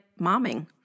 momming